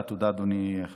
אדוני, תודה.